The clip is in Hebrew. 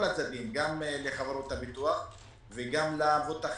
הצדדים גם לחברות הביטוח וגם למבוטחים,